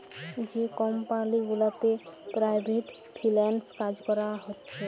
যে কমপালি গুলাতে private freelance কাজ ক্যরা হছে